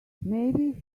maybe